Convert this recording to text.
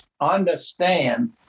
understand